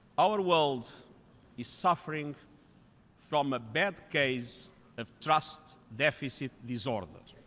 our world is suffering from a bad case of trust deficit disorder.